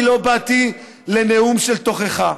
אני לא באתי לנאום של תוכחה.